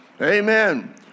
Amen